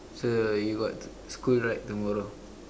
so you got school right tomorrow